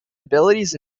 abilities